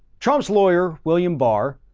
trump's lawyer, william barr,